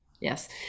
Yes